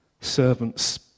servants